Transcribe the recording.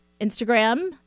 Instagram